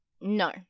No